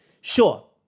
Sure